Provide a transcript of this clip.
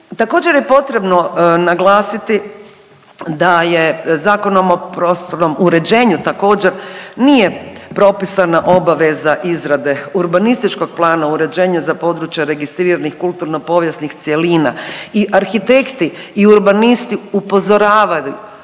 također je potrebno naglasiti da je Zakonom o prostornom uređenju također nije propisana obaveza izrade urbanističkog plana uređenje za područje registriranih kulturno povijesnih cjelina i arhitekti i urbanisti upozoravaju